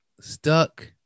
stuck